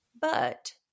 but-